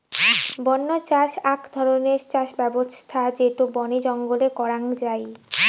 বন্য চাষ আক ধরণের চাষ ব্যবছস্থা যেটো বনে জঙ্গলে করাঙ যাই